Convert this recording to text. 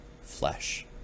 flesh